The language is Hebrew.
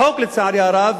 החוק, לצערי הרב,